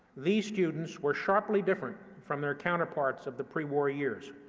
these students were sharply different from their counterparts of the pre-war years.